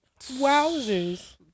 Wowzers